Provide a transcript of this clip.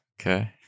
okay